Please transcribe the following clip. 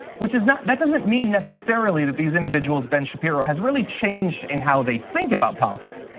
which is not, that doesn't mean necessarily that these individuals, ben shapiro, has really changed in how they think about politics.